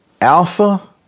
Alpha